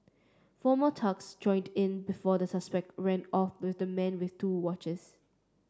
four more thugs joined in before the suspect ran off with the man with two watches